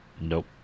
Nope